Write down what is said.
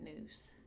news